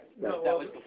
No